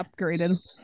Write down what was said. upgraded